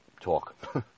talk